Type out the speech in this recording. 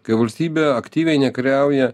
kai valstybė aktyviai nekariauja